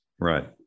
right